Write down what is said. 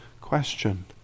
question